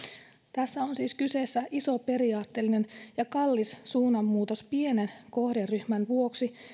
tässä on siis kyseessä iso periaatteellinen ja kallis suunnanmuutos pienen kohderyhmän vuoksi